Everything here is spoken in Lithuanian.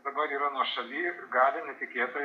dabar yra nuošaly gali netikėtai